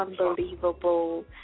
unbelievable